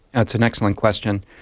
that's an excellent question.